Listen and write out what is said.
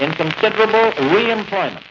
and considerable william penn,